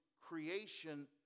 creation